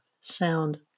sound